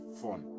fun